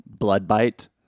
Bloodbite